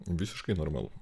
visiškai normalu